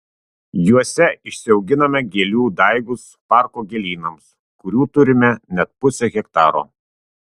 juose išsiauginame gėlių daigus parko gėlynams kurių turime net pusę hektaro